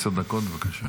עשר דקות, בבקשה.